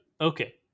Okay